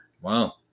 Wow